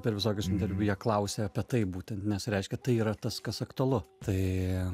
per visokius interviu jie klausia apie tai būtent nes reiškia tai yra tas kas aktualu tai